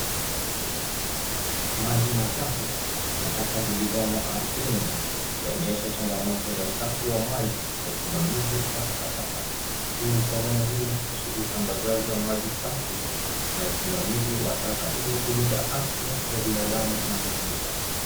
Maji machafu na taka zilizomo ardhini zikionyesha changamoto za usafi wa maji na usimamizi wa takataka. Hii ni somo muhimu kuhusu usambazaji wa maji safi na usimamizi wa taka ili kulinda afya za binadamu na mazingira.